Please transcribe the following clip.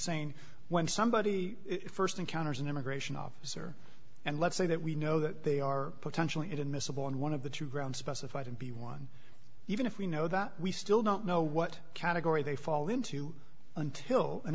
saying when somebody first encounters an immigration officer and let's say that we know that they are potentially it admissible and one of the true ground specified to be one even if we know that we still don't know what category they fall into until an